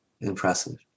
Impressive